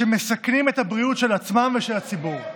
שמסכנים את הבריאות של עצמם ושל הציבור.